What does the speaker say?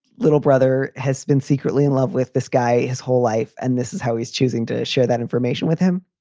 little brother has been secretly in love with this guy his whole life and this is how he's choosing to share that information with him?